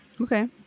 Okay